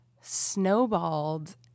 snowballed